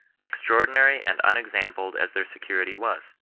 extraordinary and unexampled as their security was.